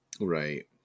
right